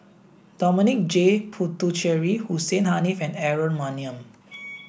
Dominic J Puthucheary Hussein Haniff and Aaron Maniam